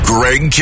Greg